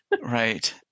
Right